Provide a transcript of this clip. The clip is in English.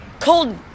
cold